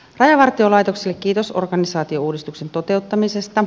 rajavartiolaitokselle kiitos organisaatiouudistuksen toteuttamisesta